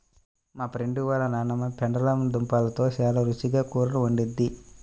మా ఫ్రెండు వాళ్ళ నాన్నమ్మ పెండలం దుంపలతో చాలా రుచిగా కూరలు వండిద్ది